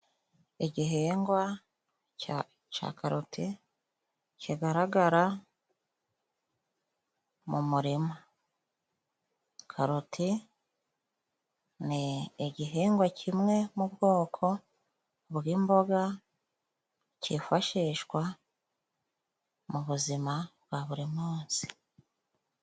Igihingwa ca karoti kigaragara mu murima; karoti ni igihingwa kimwe mu bwoko bw'imboga, kifashishwa mu buzima bwa buri munsi.